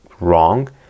wrong